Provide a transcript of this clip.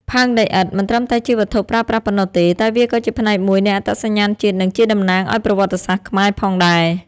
ផើងដីឥដ្ឋមិនត្រឹមតែជាវត្ថុប្រើប្រាស់ប៉ុណ្ណោះទេ តែវាក៏ជាផ្នែកមួយនៃ អត្តសញ្ញាណជាតិ និងជា តំណាងឱ្យប្រវត្តិសាស្ត្រខ្មែរ ផងដែរ។